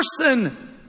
person